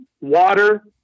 water